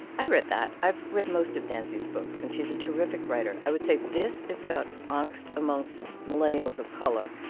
i read that. i've read most of danzy's books, and she's a terrific writer. i would say this is about angst amongst millennials of color.